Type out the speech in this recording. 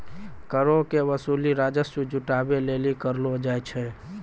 करो के वसूली राजस्व जुटाबै लेली करलो जाय छै